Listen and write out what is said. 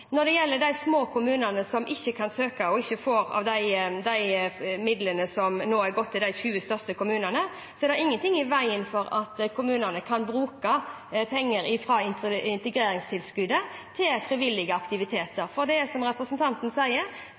Når det gjelder de små kommunene som ikke kan søke om midler, og som ikke får av de midlene som nå er gått til de 20 største kommunene, er det ingenting i veien for at kommunene kan bruke penger fra integreringstilskuddet til frivillige aktiviteter, for det er som representanten sier: